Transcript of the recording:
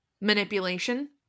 manipulation